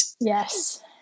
Yes